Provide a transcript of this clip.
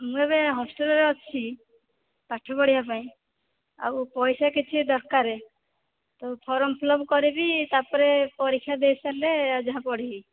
ମୁଁ ଏବେ ହଷ୍ଟେଲ୍ରେ ଅଛି ପାଠ ପଢିବା ପାଇଁ ଆଉ ପଇସା କିଛି ଦରକାରେ ଫର୍ମ୍ ଫିଲ୍ଅପ୍ କରିବି ତା'ପରେ ପରୀକ୍ଷା ଦେଇସାରିଲେ ଯାହା ପଢିବି